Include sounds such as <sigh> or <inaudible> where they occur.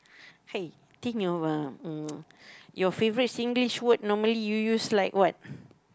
hey think of uh <noise> your favorite Singlish word normally you use like what